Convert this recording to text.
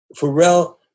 Pharrell